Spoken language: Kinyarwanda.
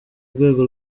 rwego